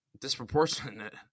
disproportionate